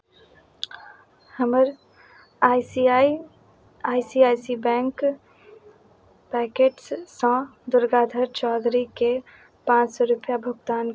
हमर I C I I C I C bank पैकेट्ससँ दुर्गाधर चौधरीके पाँच सओ रुपैआ भुगतान